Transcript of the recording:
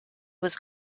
was